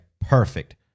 Perfect